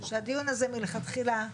שהדיון הזה מלכתחילה,